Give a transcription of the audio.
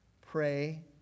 pray